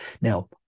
Now